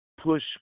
push